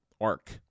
Arc